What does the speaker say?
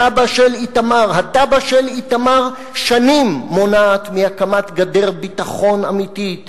התב"ע של איתמר מונעת שנים הקמת גדר ביטחון אמיתית,